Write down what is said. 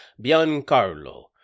Biancarlo